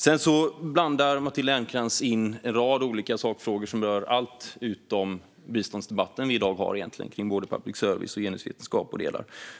Sedan blandar Matilda Ernkrans in en rad olika sakfrågor som egentligen rör allt utom den biståndsdebatt vi i dag har, både public service, genusvetenskap och andra delar.